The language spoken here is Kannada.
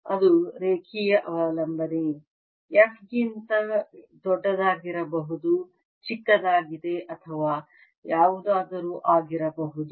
ಅದು ರೇಖೀಯ ಅವಲಂಬನೆ f 1 ಕ್ಕಿಂತ ದೊಡ್ಡದಾಗಿರಬಹುದು ಚಿಕ್ಕದಾಗಿದೆ ಅಥವಾ ಯಾವುದಾದರೂ ಆಗಿರಬಹುದು